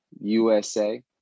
USA